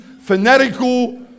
fanatical